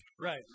Right